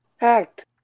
act